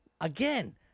again